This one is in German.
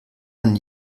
man